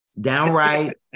Downright